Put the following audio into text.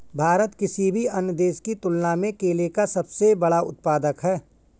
भारत किसी भी अन्य देश की तुलना में केले का सबसे बड़ा उत्पादक है